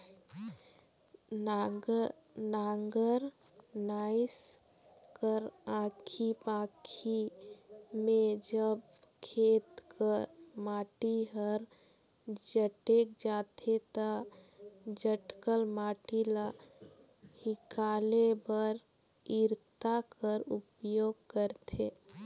नांगर नाएस कर आखी पाखी मे जब खेत कर माटी हर जटेक जाथे ता जटकल माटी ल हिकाले बर इरता कर उपियोग करथे